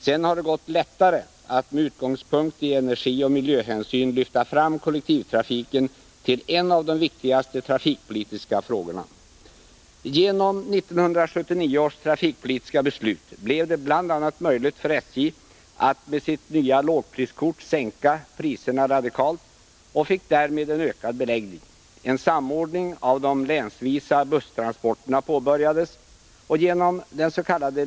Sedan har det gått lättare att med utgångspunkt i energioch miljöhänsyn lyfta fram kollektivtrafiken som en av de viktigaste trafikpolitiska frågorna. Genom 1979 års trafikpolitiska beslut blev det bl.a. möjligt för SJ att med sitt nya lågpriskort sänka priserna radikalt, och man fick därmed en ökad beläggning. En samordning av de länsvisa busstransporterna påbörjades. Genom dens.k.